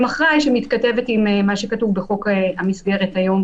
אחראי שמתכתבת עם מה שכתוב בחוק המסגרת היום,